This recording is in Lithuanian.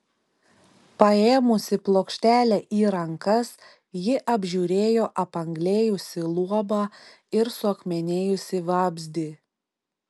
paėmusi plokštelę į rankas ji apžiūrėjo apanglėjusį luobą ir suakmenėjusį vabzdį